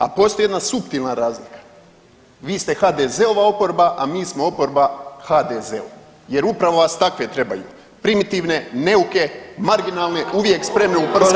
A postoji jedna suptilna razlika, vi ste HDZ-ova oporba, a mi smo oporba HDZ-u jer upravo vas takve trebaju, primitivne, neuke, marginalne, uvijek spremne uprskati…